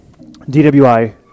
DWI